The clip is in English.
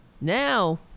Now